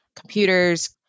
computers